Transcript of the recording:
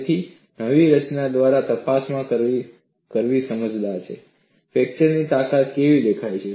તેથી નવી રચના દ્વારા તપાસ કરવી સમજદાર છે ફ્રેક્ચરની તાકાત કેવી દેખાય છે